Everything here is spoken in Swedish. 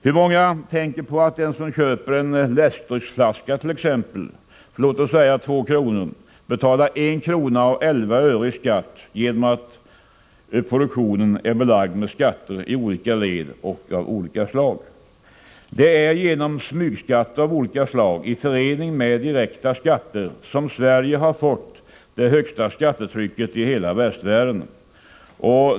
Hur många tänker på att den som köper t.ex. en läskedrycksflaska för låt oss säga 2 kr. betalar 1 kr. 11 öre i skatt genom att produktionen är belagd med skatter i olika led och av olika slag? Det är genom smygskatter av olika slag i förening med direkta skatter som Sverige har fått det högsta skattetrycket i hela västvärlden.